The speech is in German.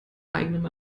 eigenem